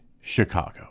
Chicago